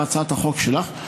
בהצעת החוק שלך,